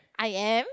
I am